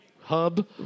hub